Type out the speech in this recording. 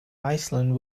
iceland